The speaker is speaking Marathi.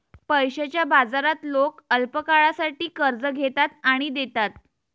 पैशाच्या बाजारात लोक अल्पकाळासाठी कर्ज घेतात आणि देतात